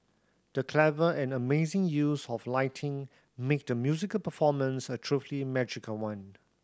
the clever and amazing use of lighting made the musical performance a truly magical one